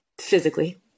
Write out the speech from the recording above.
physically